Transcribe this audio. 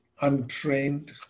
untrained